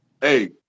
hey